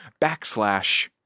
Backslash